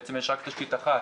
בעצם יש רק תשתית אחת